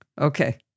Okay